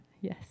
Yes